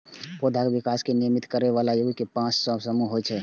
पौधाक विकास कें नियमित करै बला यौगिक के पांच टा समूह होइ छै